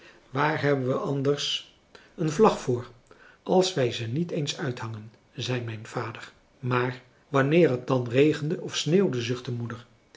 waar hebben we anders een françois haverschmidt familie en kennissen vlag voor als wij ze niet eens uithangen zei mijn vader maar wanneer het dan regende of sneeuwde zuchtte moeder